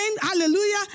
hallelujah